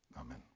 amen